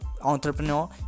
entrepreneur